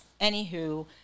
anywho